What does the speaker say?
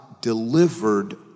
delivered